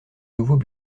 nouveaux